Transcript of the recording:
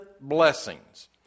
blessings